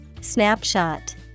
Snapshot